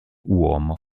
uomo